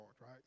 right